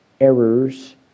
errors